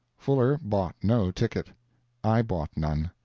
fuller bought no ticket i bought none.